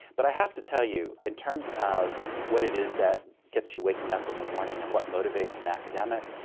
but i have to tell you, in terms of what it is that gets you waking up in the morning and what motivates an academic,